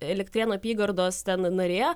elektrėnų apygardos ten narė